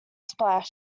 splash